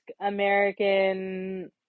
American